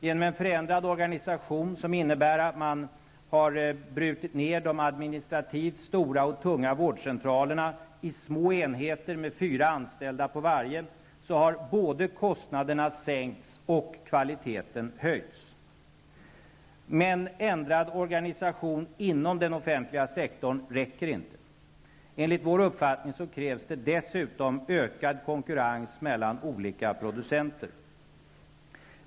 Genom en förändrad organisation, som innebär att man har brutit ner de administrativt stora och tunga vårdcentralerna i små enheter med fyra anställda på varje, har både kostnaderna sänkts och kvaliteten höjts. Men ändrad organisation inom den offentliga sektorn räcker inte. Enligt vår uppfattning krävs det dessutom ökad konkurrens mellan olika producenter.